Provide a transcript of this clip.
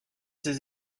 ces